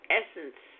essence